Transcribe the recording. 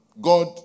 God